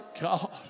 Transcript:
God